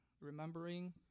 remembering